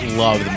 love